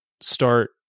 start